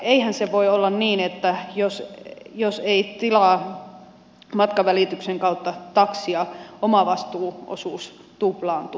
eihän se voi olla niin että jos ei tilaa matkavälityksen kautta taksia omavastuuosuus tuplaantuu